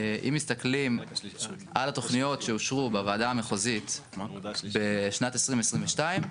אם מסתכלים על התוכניות שאושרו בוועדה המחוזית בשנת 2022,